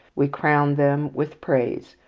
we crown them with praise,